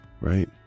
right